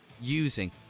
using